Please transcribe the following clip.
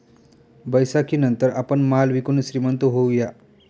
बैसाखीनंतर आपण माल विकून श्रीमंत होऊया